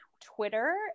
Twitter